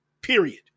period